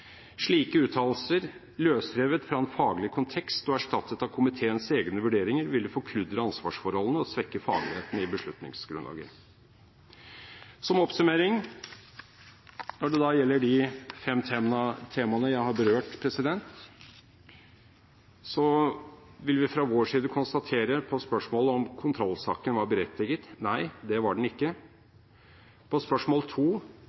Slike uttalelser løsrevet fra en faglig kontekst og erstattet av komiteens egne vurderinger ville forkludre ansvarsforholdene og svekke fagligheten i beslutningsgrunnlaget. Som oppsummering: Når det gjelder de fem temaene jeg har berørt, vil vi fra vår side konstatere på spørsmålet om kontrollsaken var berettiget: Nei, det var den ikke. På spørsmål to,